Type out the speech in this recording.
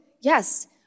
Yes